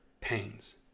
pains